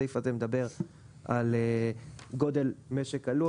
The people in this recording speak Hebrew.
הסעיף הזה מדבר על גודל משק הלול,